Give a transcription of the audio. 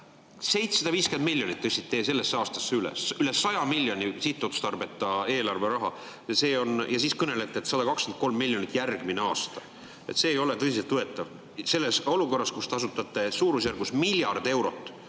750 miljonit tõstsite sellesse aastasse üle, üle 100 miljoni sihtotstarbeta eelarveraha, ja siis kõnelete 123 miljonist järgmine aasta. See ei ole tõsiselt võetav selles olukorras, kus te asetate suurusjärgus miljardieurose